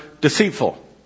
deceitful